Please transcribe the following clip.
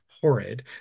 horrid